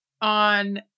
on